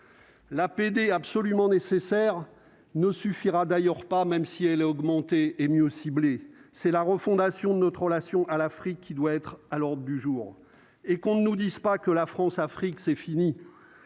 L'APD absolument nécessaire, ne suffira d'ailleurs pas, même si elle est augmentée et mieux, c'est la refondation de notre relation à l'Afrique, qui doit être à l'ordre du jour et qu'on ne nous dise pas que la Françafrique, c'est fini,